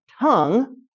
tongue